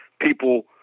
people –